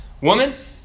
woman